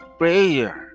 prayer